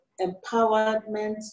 empowerment